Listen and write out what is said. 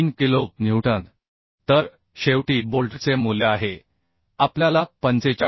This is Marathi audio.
3 किलो न्यूटन तर शेवटी बोल्टचे मूल्य आहे आपल्याला 45